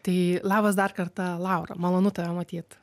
tai labas dar kartą laura malonu tave matyt